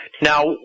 Now